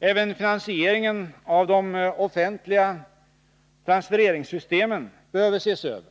Även finansieringen av de offentliga transfereringssystemen behöver ses över,